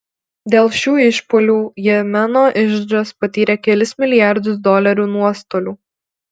dėl šių išpuolių jemeno iždas patyrė kelis milijardus dolerių nuostolių